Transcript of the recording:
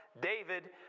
David